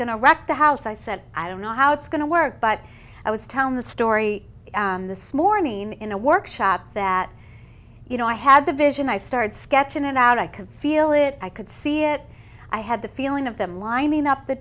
going to wreck the house i said i don't know how it's going to work but i was telling the story this morning in a workshop that you know i had the vision i started sketching it out i can feel it i could see it i had the feeling of them lining up the